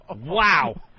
Wow